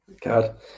God